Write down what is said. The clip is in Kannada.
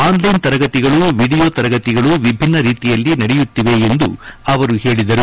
ಆನ್ ಲೈನ್ ತರಗತಿಗಳು ವಿಡಿಯೋ ತರಗತಿಗಳು ವಿಭಿನ್ನರೀತಿಯಲ್ಲಿ ನಡೆಯುತ್ತಿವೆ ಎಂದು ಅವರು ಹೇಳಿದರು